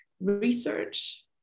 research